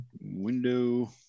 window